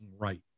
right